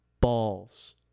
Balls